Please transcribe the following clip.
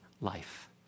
life